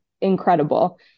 incredible